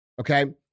Okay